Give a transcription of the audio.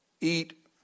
eat